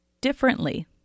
differently